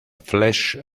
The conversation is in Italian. flash